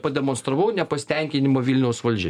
pademonstravau nepasitenkinimą vilniaus valdžia